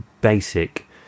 basic